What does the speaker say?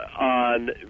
on